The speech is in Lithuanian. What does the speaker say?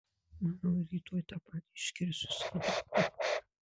manau ir rytoj tą patį išgirsiu iš savo draugų